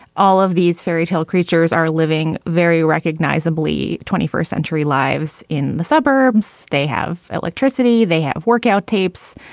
all of these fairy tale creatures are living very recognizably twenty first century lives in the suburbs. they have electricity, they have workout tapes.